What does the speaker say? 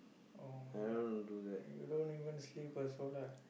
oh you don't even sleep also lah